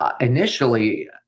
initially